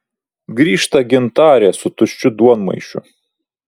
grįžta gintarė su tuščiu duonmaišiu